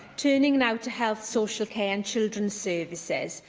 turning now to health, social care and children's services,